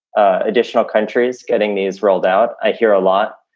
additional countries getting these rolled out. i hear a lot